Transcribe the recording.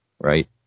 right